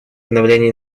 обновления